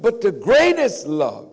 but the greatest love